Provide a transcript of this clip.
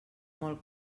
molt